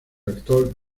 actor